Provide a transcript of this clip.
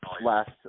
last